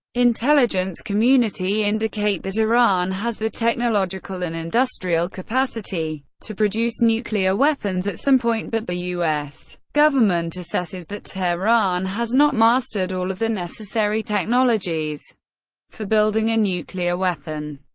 intelligence community indicate that iran has the technological and industrial capacity to produce nuclear weapons at some point, but the u s. government assesses that tehran has not mastered all of the necessary technologies for building a nuclear weapon.